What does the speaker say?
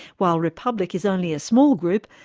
while republic is only a small group,